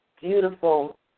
beautiful